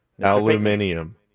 Aluminium